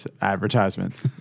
advertisements